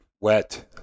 wet